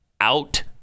Out